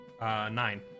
nine